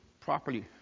properly